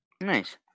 Nice